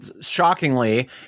shockingly